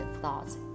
thoughts